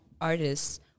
artists